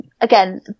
again